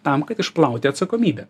tam kad išplauti atsakomybę